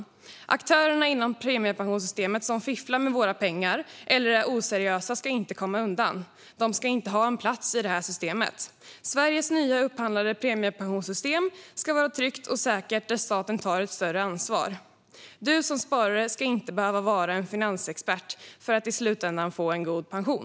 De aktörer inom premiepensionssystemet som fifflar med våra pengar eller är oseriösa ska inte komma undan. De ska inte ha en plats i systemet. Sveriges nya upphandlade premiepensionssystem ska vara tryggt och säkert, och staten ska ta ett större ansvar där. Som sparare ska man inte behöva vara en finansexpert för att i slutändan få en god pension.